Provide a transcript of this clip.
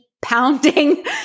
pounding